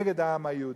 נגד העם היהודי.